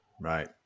right